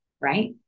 right